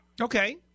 Okay